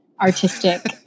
artistic